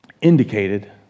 indicated